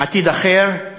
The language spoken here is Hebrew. עתיד אחר,